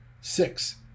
Six